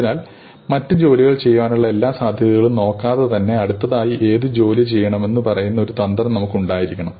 അതിനാൽ മറ്റ് ജോലികൾ ചെയ്യാനുള്ള എല്ലാ സാധ്യതകളും നോക്കാതെതന്നെ അടുത്തതായി ഏത് ജോലി ചെയ്യണമെന്ന് പറയുന്ന ഒരു തന്ത്രം നമുക്ക് ഉണ്ടായിരിക്കണം